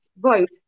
vote